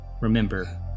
remember